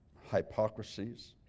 hypocrisies